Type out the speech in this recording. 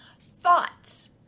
Thoughts